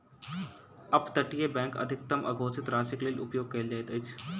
up तटीय bank अधिकतम अघोषित राशिक लेल उपयोग कयल जाइत अछि